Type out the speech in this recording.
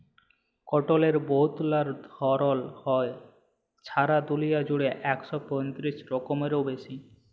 কটলের বহুতলা ধরল হ্যয়, ছারা দুলিয়া জুইড়ে ইক শ পঁয়তিরিশ রকমেরও বেশি